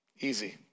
Easy